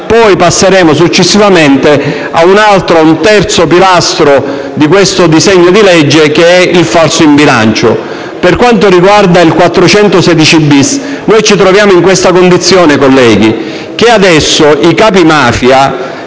passeremo successivamente ad un terzo pilastro di questo disegno di legge, che è il falso in bilancio. Per quanto riguarda l'articolo 416-*bis*, noi ci troviamo in questa condizione, colleghi: adesso i capi mafia,